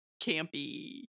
campy